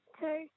Two